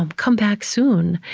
um come back soon.